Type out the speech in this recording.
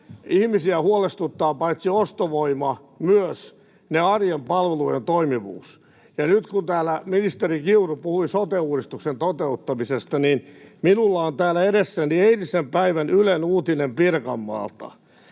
Ihmisiä huolestuttaa paitsi ostovoima myös arjen palvelujen toimivuus. Nyt, kun täällä ministeri Kiuru puhui sote-uudistuksen toteuttamisesta, niin minulla on täällä edessäni Ylen eilisen päivän uutinen Pirkanmaalta.